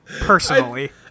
Personally